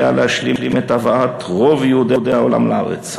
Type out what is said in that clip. עליה להשלים את הבאת רוב יהודי העולם לארץ.